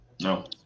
No